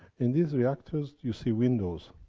in these reactors, you see windows.